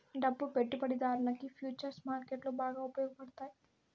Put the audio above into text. డబ్బు పెట్టుబడిదారునికి ఫుచర్స్ మార్కెట్లో బాగా ఉపయోగపడతాయి